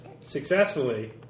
Successfully